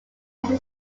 also